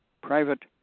private